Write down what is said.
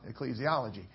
ecclesiology